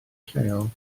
lleol